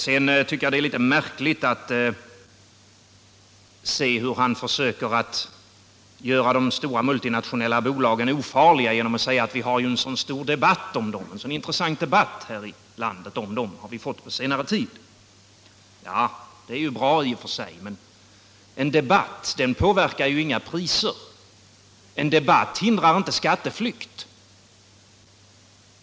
Det är litet märkligt att höra hur herr Hovhammar försöker göra de stora multinationella bolagen ofarliga, genom att säga att vi har fått en så stor och intressant debatt om dem här i landet på senare tid. Ja, det är ju bra i och för sig. Men en debatt påverkar inga priser. En debatt hindrar inte skatteflykt.